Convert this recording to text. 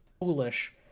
foolish